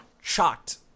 shocked